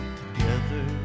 together